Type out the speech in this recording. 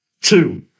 Two